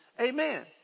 Amen